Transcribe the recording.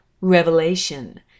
Revelation